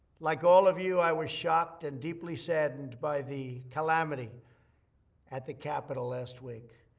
like all of you, i was shocked and deeply saddened by the calamity at the capitol last week.